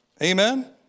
Amen